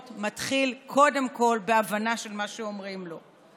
מתחיל קודם כול בהבנה של מה שאומרים לו.